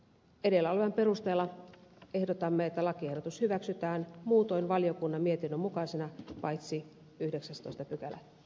edellä olevan perusteella ehdotamme että lakiehdotus hyväksytään muutoin valiokunnan mietinnön mukaisena paitsi yhdeksästoista tätä